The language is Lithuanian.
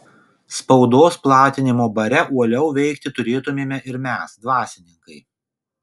spaudos platinimo bare uoliau veikti turėtumėme ir mes dvasininkai